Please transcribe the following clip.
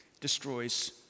destroys